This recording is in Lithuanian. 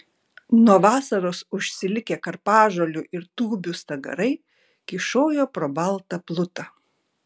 nuo vasaros užsilikę karpažolių ir tūbių stagarai kyšojo pro baltą plutą